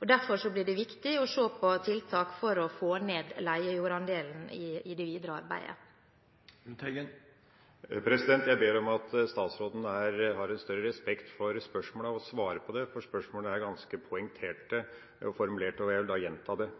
Derfor blir det viktig å se på tiltak for å få ned leiejordandelen i det videre arbeidet. Jeg ber om at statsråden har større respekt for spørsmålet og svarer på det, for spørsmålet er ganske poengtert formulert, og jeg vil gjenta det: